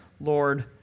Lord